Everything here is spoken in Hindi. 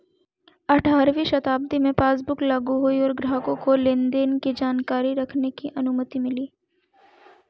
अठारहवीं शताब्दी में पासबुक लागु हुई और ग्राहकों को लेनदेन की जानकारी रखने की अनुमति मिली